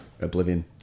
Oblivion